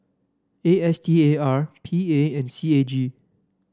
A S T A R P A and C A G